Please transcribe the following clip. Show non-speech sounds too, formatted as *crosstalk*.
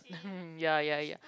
*laughs* ya ya ya